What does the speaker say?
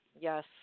Yes